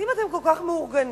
אז אם אתם כל כך מאורגנים,